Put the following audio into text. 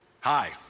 Hi